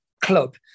club